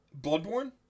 Bloodborne